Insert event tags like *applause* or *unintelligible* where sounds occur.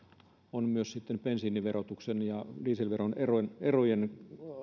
on myös bensiiniverotuksen ja *unintelligible* dieselveron erojen erojen